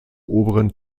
oberen